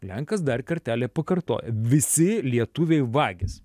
lenkas dar kartelį pakartoja visi lietuviai vagys